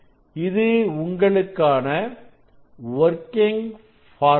இது உங்களுக்கான working formula